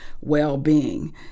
well-being